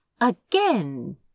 again